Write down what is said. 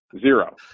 zero